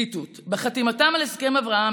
ציטוט: בחתימתם על הסכם אברהם,